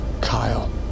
Kyle